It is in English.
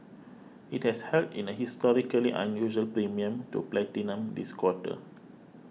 it has held in a historically unusual premium to platinum this quarter